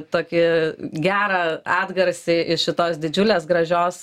tokį gerą atgarsį iš šitos didžiulės gražios